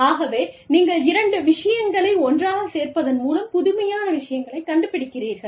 ஆகவே நீங்கள் இரண்டு விஷயங்களை ஒன்றாகச் சேர்ப்பதன் மூலம் புதுமையான விஷயங்களைக் கண்டு பிடிக்கிறீர்கள்